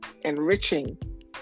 enriching